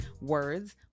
words